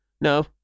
No